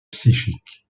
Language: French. psychique